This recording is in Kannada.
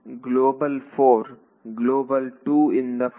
ಗ್ಲೋಬಲ್ 4 ಗ್ಲೋಬಲ್ 2 ಇಂದ 4